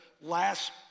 last